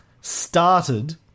started